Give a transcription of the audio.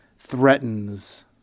threatens